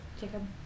Jacob